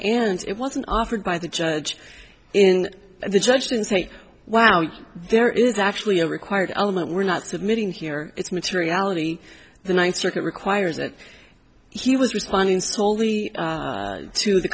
and it wasn't offered by the judge and the judge didn't say wow there is actually a required element we're not submitting here it's materiality the ninth circuit requires that he was responding soley to the